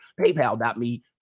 paypal.me